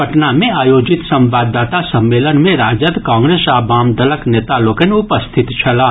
पटना मे आयोजित संवाददाता सम्मेलन मे राजद कांग्रेस आ वामदलक नेता लोकनि उपस्थित छलाह